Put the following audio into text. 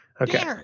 Okay